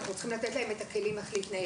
אנחנו רוצים לתת להם את הכלים איך להתנהל.